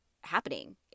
happening